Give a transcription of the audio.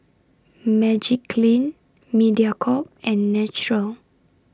Magiclean Mediacorp and Naturel